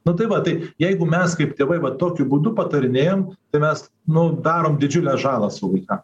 nu tai va tai jeigu mes kaip tėvai va tokiu būdu patarinėjam tai mes nu darom didžiulę žalą savo vaikam